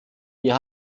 wir